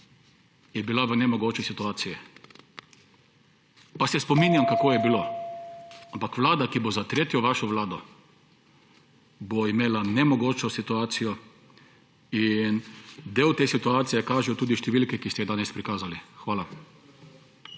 je bila v nemogoči situaciji. Pa se spominjam, kako je bilo, ampak vlada, ki bo za vašo tretjo vlado, bo imela nemogočo situacijo. Del te situacije kažejo tudi številke, ki ste jih danes prikazali. Hvala.